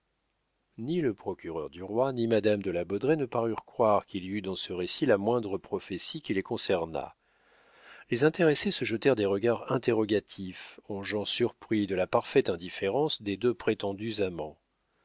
ni le procureur du roi ni madame de la baudraye ne parurent croire qu'il y eût dans ce récit la moindre prophétie qui les concernât les intéressés se jetèrent des regards interrogatifs en gens surpris de la parfaite indifférence des deux prétendus amants